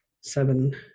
seven